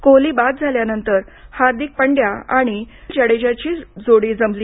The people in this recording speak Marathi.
कोहली बाद झाल्यानंतर हार्दिक पंड्या आणि जडेजाची जोडी जमली